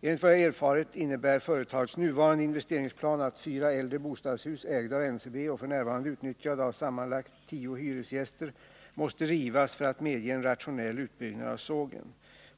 Enligt vad jag erfarit innebär företagets nuvarande investeringsplan att fyra äldre bostadshus, ägda av NCB och f. n. utnyttjade av sammanlagt tio hyresgäster, måste rivas för att medge en rationell utbyggnad av sågen.